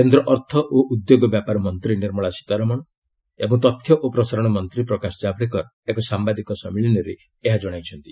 କେନ୍ଦ୍ର ଅର୍ଥ ଓ ଉଦ୍ୟୋଗ ବ୍ୟାପାର ମନ୍ତ୍ରୀ ନିର୍ମଳା ସୀତାରମଣ ଓ ତଥ୍ୟ ଓ ପ୍ରସାରଣ ମନ୍ତ୍ରୀ ପ୍ରକାଶ ଜାବ୍ଡେକର ଏକ ସାମ୍ଭାଦିକ ସମ୍ମିଳନୀରେ ଏହା ଜଣାଇଛନ୍ତି